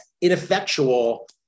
ineffectual